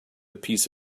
piece